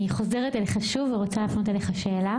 אני רוצה לפנות אליך את השאלה